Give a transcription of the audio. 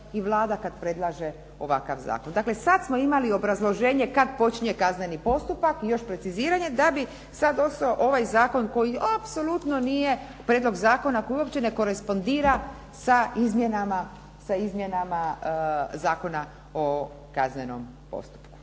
i Vlada kad predlaže ovakav zakon. Dakle, sad smo imali obrazloženje kad počinje kazneni postupak i još preciziranje da bi sad ostao ovaj zakon koji apsolutno nije prijedlog zakona koji uopće ne korespondira sa izmjenama Zakona o kaznenom postupku.